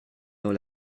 dans